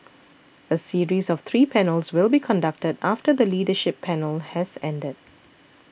a series of three panels will be conducted after the leadership panel has ended